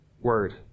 Word